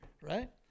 right